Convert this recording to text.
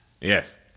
Yes